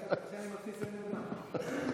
שמתי לב שכשאתה אומר "אני מסיים" זה מתחיל מאפס.